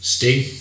Sting